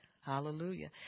hallelujah